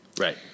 Right